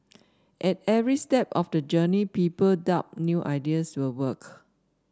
at every step of the journey people doubt new ideas will work